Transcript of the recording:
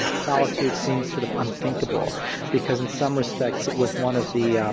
solitude seems sort of unthinkable because in some respects it was one of the